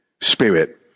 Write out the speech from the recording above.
Spirit